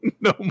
No